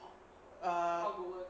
err